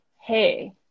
hey